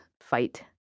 fight